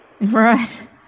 Right